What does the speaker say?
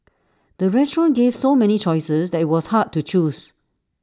the restaurant gave so many choices that IT was hard to choose